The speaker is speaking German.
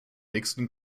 nächsten